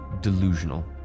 delusional